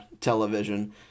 television